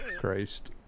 Christ